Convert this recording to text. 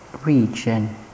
region